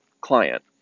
client